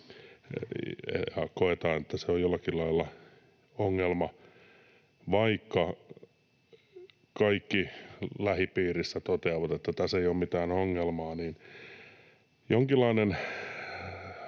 koetaan, että se on jollakin lailla ongelma — vaikka kaikki lähipiirissä toteavat, että tässä ei ole mitään ongelmaa.